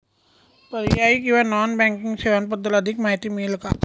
पर्यायी किंवा non banking सेवांबद्दल अधिक माहिती मिळेल का?